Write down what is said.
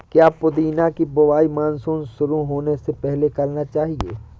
क्या पुदीना की बुवाई मानसून शुरू होने से पहले करना चाहिए?